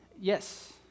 Yes